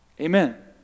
amen